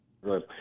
Right